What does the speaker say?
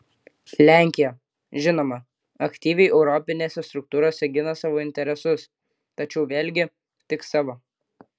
lenkija žinoma aktyviai europinėse struktūrose gina savo interesus tačiau vėlgi tik savo